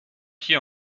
here